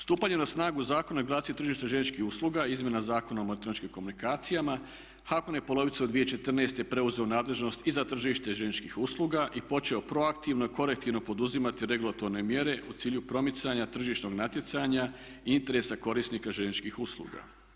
Stupanjem na snagu Zakona o regulaciji tržišta željezničkih usluga, izmjenama Zakona o elektroničkim komunikacijama HAKOM je polovicom 2014. preuzeo u nadležnost i za tržište željezničkih usluga i počeo proaktivno i korektivno poduzimati regulatorne mjere u cilju promicanja tržišnog natjecanja i interesa korisnika željezničkih usluga.